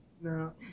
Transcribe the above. No